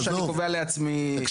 טוב,